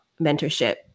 mentorship